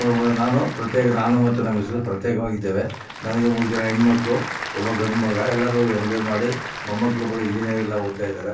ನಾನು ಪ್ರತ್ಯೇಕ ನಾನು ಮತ್ತು ನಮ್ಮ ಮಿಸ್ಸಸ್ಸು ಪ್ರತ್ಯೇಕವಾಗಿದ್ದೇವೆ ನಮಗೆ ಮೂರು ಜನ ಹೆಣ್ಮಕ್ಳು ಒಬ್ಬ ಗಂಡು ಮಗ ಎಲ್ಲರೂ ಮದುವೆ ಮಾಡಿ ಮೊಮ್ಮಕ್ಕಳು ಕೂಡ ಇಂಜಿನಿಯರ್ ಎಲ್ಲ ಓದ್ತಾಯಿದ್ದಾರೆ